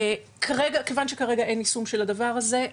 מכיוון שכרגע אין יישום של הדבר הזה,